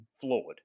flawed